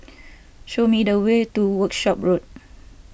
show me the way to Workshop Road